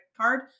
card